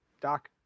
Doc